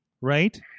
right